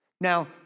Now